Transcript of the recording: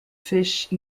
fish